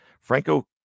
Franco